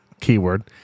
keyword